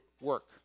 work